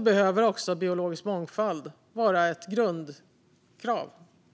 behöver också biologisk mångfald vara ett grundkrav.